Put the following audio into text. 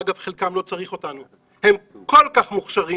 אגב, חלקם לא צריכים אותנו, הם כל כך מוכשרים